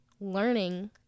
learning